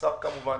והשר כמובן,